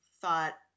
thought